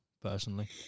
personally